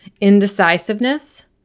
indecisiveness